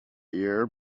year